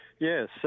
Yes